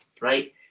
right